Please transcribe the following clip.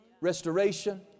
restoration